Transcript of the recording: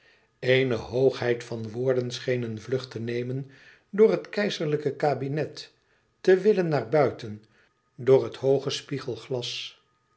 eene hoogheid van woorden scheen een vlucht te nemen door het keizerlijke kabinet te willen naar buiten door het hooge